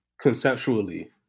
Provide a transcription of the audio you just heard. conceptually